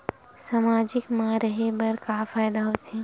सामाजिक मा रहे बार का फ़ायदा होथे?